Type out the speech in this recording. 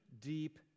deep